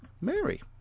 Mary